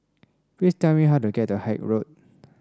please tell me how to get to Haig Road